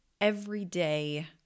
everyday